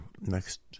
next